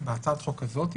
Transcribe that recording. בהצעת החוק הזאת?